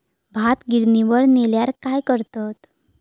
भात गिर्निवर नेल्यार काय करतत?